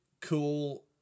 cool